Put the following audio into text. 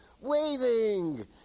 waving